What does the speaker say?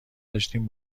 داشتیم